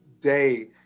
day